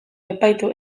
epaitu